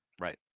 Right